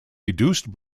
reduced